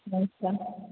ꯃꯥꯅꯤ ꯁꯥꯔ